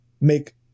make